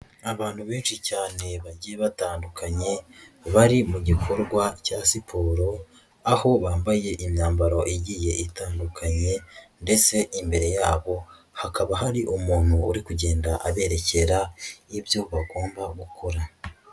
Abantu benshi cyane bagiye batandukanye, bari mu gikorwa cya siporo, aho bambaye imyambaro igiye itandukanye ndetse imbere yabo, hakaba hari umuntu uri kugenda aberekera ibyo bagomba gukora.